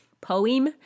Poem